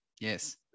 Yes